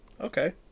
okay